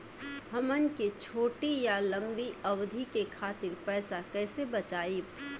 हमन के छोटी या लंबी अवधि के खातिर पैसा कैसे बचाइब?